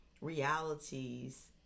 realities